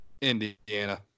Indiana